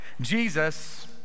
Jesus